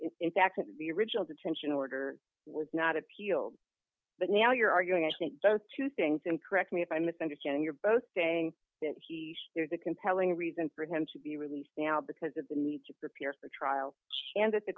difficult in fact the original detention order was not appealed but now you're arguing i think there are two things and correct me if i'm misunderstanding you're both saying that there's a compelling reason for him to be released now because of the need to prepare for trial and that the